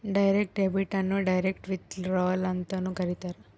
direct debit ಅನ್ನು direct withdrawal ಅಂತನೂ ಕರೀತಾರ